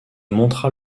montra